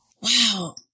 Wow